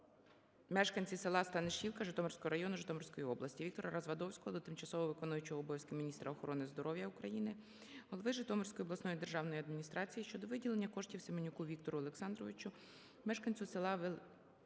мешканці села Станишівка Житомирського району Житомирської області. ВіктораРазвадовського до тимчасово виконуючої обов'язки Міністра охорони здоров'я України, голови Житомирської обласної державної адміністрації щодо виділення коштів Семенюку Віктору Олександровичу, мешканцю села Веселка